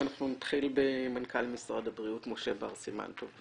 ואנחנו נתחיל עם מנכ"ל משרד הבריאות משה בר סימן טוב,